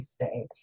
say